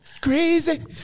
crazy